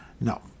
No